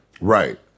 Right